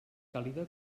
càlida